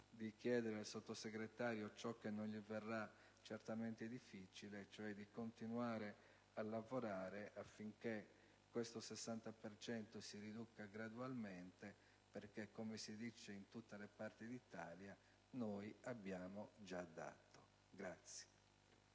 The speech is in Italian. di chiedere al Sottosegretario ciò che non gli verrà certamente difficile, cioè di continuare a lavorare affinché questo 60 per cento si riduca gradualmente, perché, come si dice in tutte le parti d'Italia, «noi abbiamo già dato».